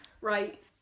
right